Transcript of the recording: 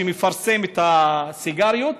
שמפרסם את הסיגריות,